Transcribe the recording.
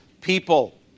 people